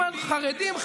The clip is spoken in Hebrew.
ליברמן, חרדים,